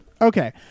Okay